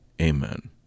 amen